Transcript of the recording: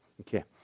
Okay